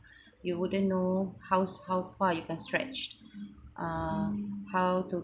you wouldn't know how's how far you can stretched uh how to